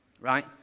right